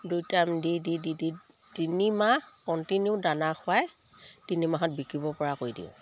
দুই টাইম দি দি তিনিমাহ কণ্টিনিউ দানা খুৱাই তিনিমাহত বিকিব পৰা কৰি দিওঁ